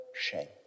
shame